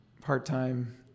part-time